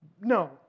No